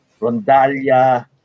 rondalia